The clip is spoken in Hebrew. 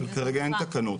אבל כרגע אין תקנות.